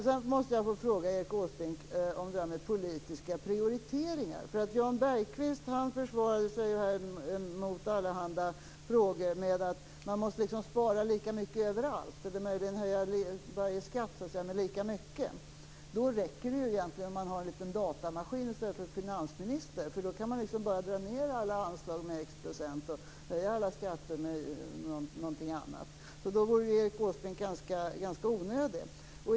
Sedan måste jag få fråga Erik Åsbrink om detta med politiska prioriteringar. Jan Bergqvist försvarade sig mot allehanda frågor med att man måste spara lika mycket överallt eller möjligen höja varje skatt lika mycket. Men då räcker det ju egentligen att ha en liten datamaskin i stället för en finansminister, för då kan man bara dra ned alla anslag med x procent och höja alla skatter med någonting annat. Då vore ju Erik Åsbrink ganska onödig.